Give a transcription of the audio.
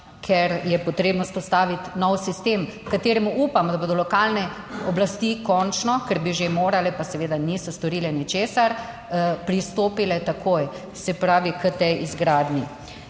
ker je potrebno vzpostaviti nov sistem, kateremu upam, da bodo lokalne oblasti končno, ker bi že morale, pa seveda niso storile ničesar, pristopile takoj, se pravi k tej izgradnji.